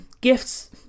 gifts